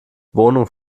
wohnung